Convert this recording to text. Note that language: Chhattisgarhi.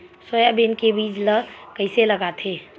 सोयाबीन के बीज ल कइसे लगाथे?